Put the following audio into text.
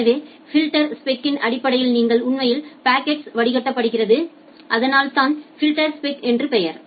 எனவே ஃபில்டர்ஸ்பெக்க்கின் அடிப்படையில் நீங்கள் உண்மையில் பாக்கெட்களை வடிகட்டுகிறீர்கள் அதனால்தான் ஃபில்டர்ஸ்பெக் என்று பெயர்